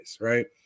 right